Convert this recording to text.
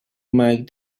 make